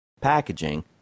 packaging